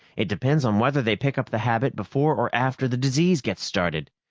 it depends on whether they pick up the habit before or after the disease gets started.